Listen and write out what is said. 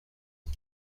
بود